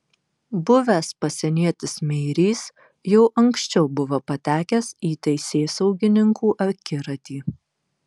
buvęs pasienietis meirys jau anksčiau buvo patekęs į teisėsaugininkų akiratį